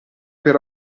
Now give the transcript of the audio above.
per